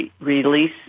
release